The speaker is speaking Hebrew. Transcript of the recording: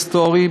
היסטורי,